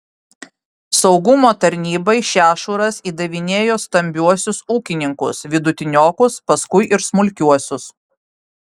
saugumo tarnybai šešuras įdavinėjo stambiuosius ūkininkus vidutiniokus paskui ir smulkiuosius